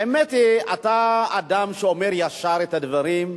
האמת היא, אתה אדם שאומר ישר את הדברים,